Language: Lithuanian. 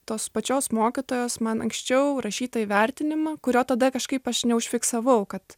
tos pačios mokytojos man anksčiau rašytą įvertinimą kurio tada kažkaip aš neužfiksavau kad